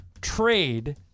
trade